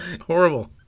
Horrible